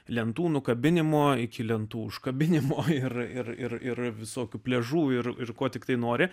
lentų nukabinimo iki lentų užkabinimo ir ir ir ir visokių pliažų ir ir kuo tiktai nori